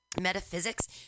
metaphysics